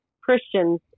christians